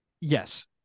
Yes